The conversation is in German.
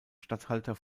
statthalter